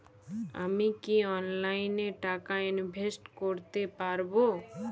আমি কি অনলাইনে টাকা ইনভেস্ট করতে পারবো?